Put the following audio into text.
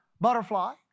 butterfly